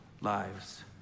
lives